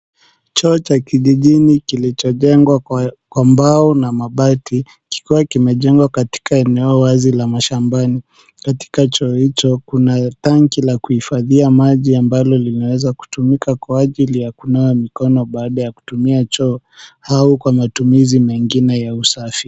Choo cha kijijini kilichojengwa kwa mbao na mabati kikiwa kimejengwa katika eneo wazi la mashambani. Katika choo hicho kuna tanki la kuhifadhia maji ambalo linaweza kutumika kwa ajili ya kunawa mikono baada ya kutumia choo au kwa matumizi mengine ya usafi.